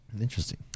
Interesting